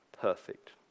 perfect